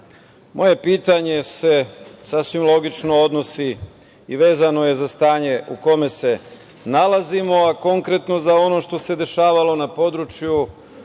pitanje se, sasvim logično, odnosi i vezano je za stanje u kome se nalazimo, a konkretno za ono što se dešavalo na području